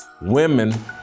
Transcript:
Women